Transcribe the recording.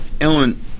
Ellen